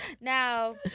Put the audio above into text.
Now